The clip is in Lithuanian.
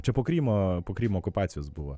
čia po krymo po krymo okupacijos buvo